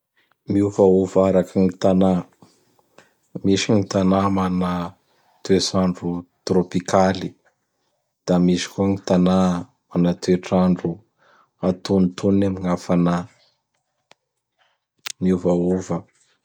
Miovaova araky gn tana: misy gny tana mana toets'andro tropikaly; da misy koa gny tana mana toetr'andro antonontonony am hafanà. Miovaova!